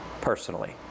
personally